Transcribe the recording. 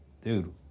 dude